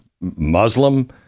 Muslim